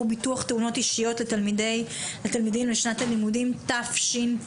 ביטוח תאונות אישיות לתלמידים לשנת הלימודים תשפ"ג.